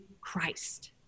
Christ